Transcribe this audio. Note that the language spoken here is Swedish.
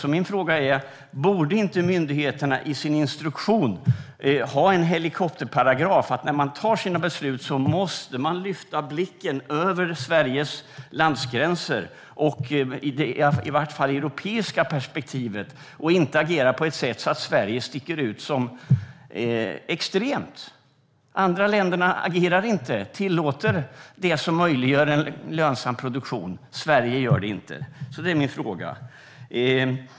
Så min fråga är: Borde inte myndigheterna i sin instruktion ha en helikopterparagraf som innebär att man, när man fattar beslut, måste lyfta blicken ovanför Sveriges landsgränser - eller åtminstone se i ett europeiskt perspektiv - och inte agera på ett sådant sätt att Sverige sticker ut som extremt? Andra länder tillåter det som möjliggör en lönsam produktion, Sverige gör det inte.